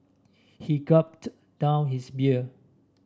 he gulped down his beer